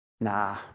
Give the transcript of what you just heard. nah